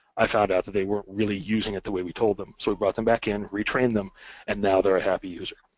i found out that they weren't really using it the way we told them so we brought them back in, retrained them and now they're a happy user.